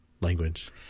language